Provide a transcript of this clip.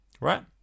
Right